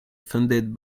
funded